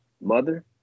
mother